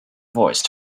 voice